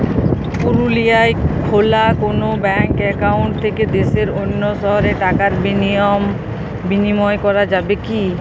পুরুলিয়ায় খোলা কোনো ব্যাঙ্ক অ্যাকাউন্ট থেকে দেশের অন্য শহরে টাকার বিনিময় করা যাবে কি?